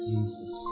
Jesus